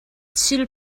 thil